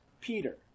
Peter